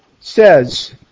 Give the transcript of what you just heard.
says